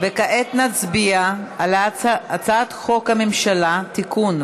כעת נצביע על הצעת חוק הממשלה (תיקון,